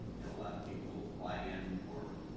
and a lot of people fly and four.